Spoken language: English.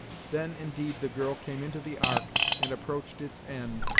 then, indeed, the girl came into the ark and approached its end,